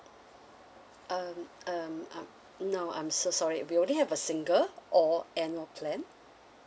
um um um no I'm so sorry we only have a single or annual plan